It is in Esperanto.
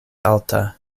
alta